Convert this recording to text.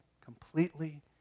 completely